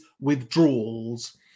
withdrawals